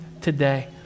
today